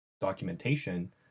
documentation